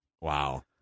Wow